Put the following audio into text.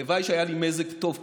הלוואי שהיה לי מזג טוב כמוך.